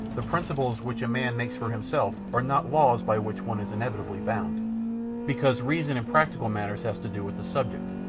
the principles which a man makes for himself are not laws by which one is inevitably bound because reason in practical matters has to do with the subject,